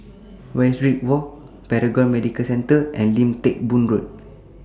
Westridge Walk Paragon Medical Centre and Lim Teck Boo Road